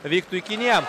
vyktų į kiniją